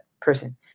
person